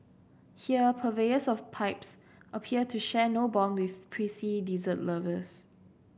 here purveyors of pipes appear to share no bond with prissy dessert lovers